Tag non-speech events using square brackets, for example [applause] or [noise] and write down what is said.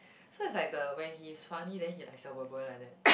so is like the when he's funny then he like 小：xiao boy boy like that [breath]